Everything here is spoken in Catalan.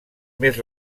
més